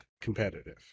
competitive